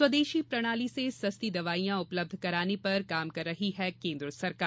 स्वदेशी प्रणाली से सस्ती दवाइयां उपलब्ध कराने पर काम कर रही है केन्द्र सरकार